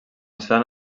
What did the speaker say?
sant